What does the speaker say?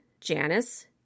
Janice